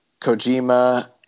Kojima